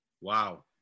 Wow